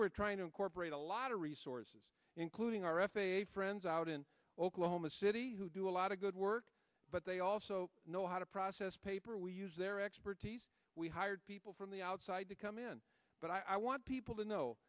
re trying to incorporate a lot of resources including r f a friends out in oklahoma city who do a lot of good work but they also know how to process paper we use their expertise we hired people from the outside to come in but i want people to know